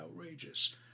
outrageous